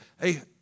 Hey